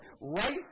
right